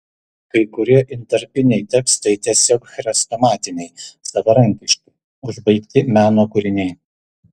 kai kurie intarpiniai tekstai tiesiog chrestomatiniai savarankiški užbaigti meno kūriniai